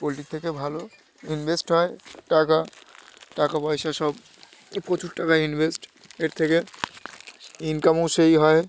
পোলট্রির থেকে ভালো ইনভেস্ট হয় টাকা টাকা পয়সা সব প্রচুর টাকা ইনভেস্ট এর থেকে ইনকামও সেই হয়